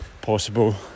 possible